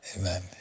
amen